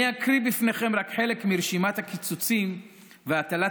אני אקריא בפניכם רק חלק מרשימת הקיצוצים והטלת